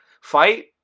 fight